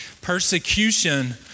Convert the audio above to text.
persecution